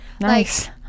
Nice